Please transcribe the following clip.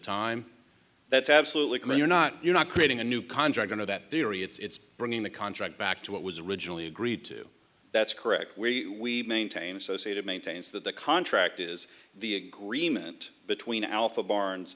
time that's absolutely commit your not you're not creating a new contract under that theory it's bringing the contract back to what was originally agreed to that's correct we maintain associated maintains that the contract is the agreement between alfa barn